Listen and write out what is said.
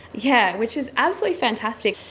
yeah which is absolutely fantastic.